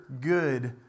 good